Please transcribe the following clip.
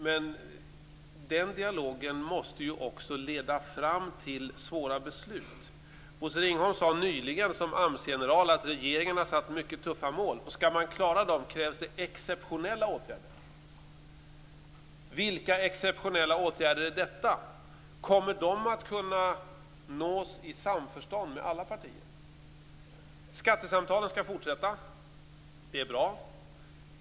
Men den dialogen måste ju också leda fram till svåra beslut. Bosse Ringholm sade nyligen, som AMS-general, att regeringen har satt mycket tuffa mål och att om man skall klara dem krävs det exceptionella åtgärder. Vilka exceptionella åtgärder är detta? Kommer de att kunna nås i samförstånd med alla partier? Skattesamtalen skall fortsätta. Det är bra.